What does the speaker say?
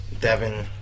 Devin